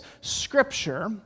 scripture